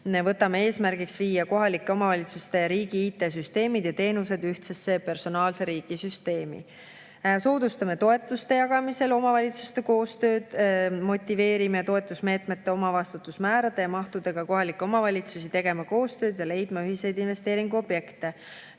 Võtame eesmärgiks viia kohalike omavalitsuste ja riigi IT-süsteemid ja -teenused ühtsesse personaalse riigi süsteemi. Soodustame toetuste jagamisel omavalitsuste koostööd, motiveerime toetusmeetmete omavastutusmäärade ja mahtudega kohalikke omavalitsusi tegema koostööd ja leidma ühiseid investeeringuobjekte.